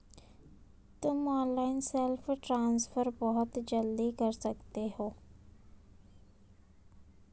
तुम online self transfer बहुत जल्दी कर सकते हो